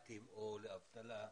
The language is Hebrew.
לחל"ת או לאבטלה,